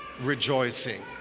rejoicing